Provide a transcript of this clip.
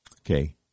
okay